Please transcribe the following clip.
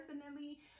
personally